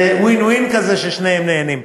זה win-win כזה ששניהם נהנים.